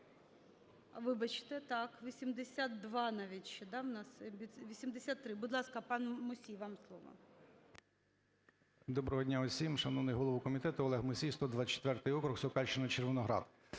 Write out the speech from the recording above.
Вибачте. Так, 82 навіть ще, да, в нас. 83. Будь ласка, пан Мусій, вам слово. 11:44:30 МУСІЙ О.С. Доброго дня усім! Шановний голово комітету! Олег Мусій, 124 округ, Сокальщина, Червоноград.